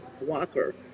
walker